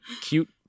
cute